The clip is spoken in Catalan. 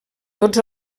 tots